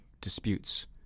disputes